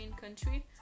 country